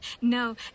No